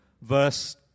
verse